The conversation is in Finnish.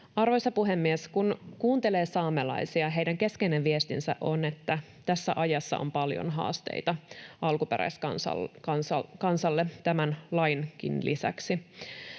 Arvoisa puhemies! Kun kuuntelee saamelaisia, heidän keskeinen viestinsä on, että tässä ajassa on alkuperäiskansalle paljon haasteita tämän lainkin lisäksi.